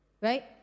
Right